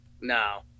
No